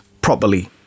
properly